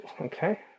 okay